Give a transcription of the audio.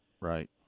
right